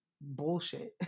bullshit